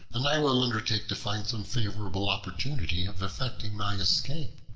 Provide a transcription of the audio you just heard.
and i will undertake to find some favorable opportunity of effecting my escape.